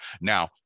Now